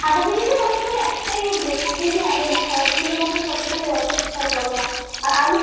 আধা কেজিতে মনে করো একটাই উঠবে খুব বেশি হবে না সাইজগুলো মানে ছোটো ছোটোই অত বিশাল বড় না আর আলু